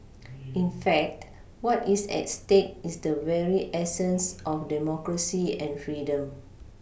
in fact what is at stake is the very essence of democracy and freedom